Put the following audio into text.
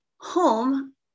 home